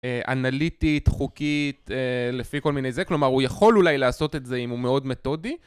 אנליטית, חוקית, לפי כל מיני זה, כלומר הוא יכול אולי לעשות את זה אם הוא מאוד מתודי.